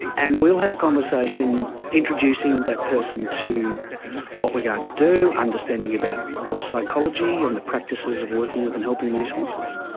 and we will have a conversation introducing that person to what we are going to do, understanding about horse psychology and the practices of working with and helping these horses.